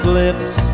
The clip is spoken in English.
lips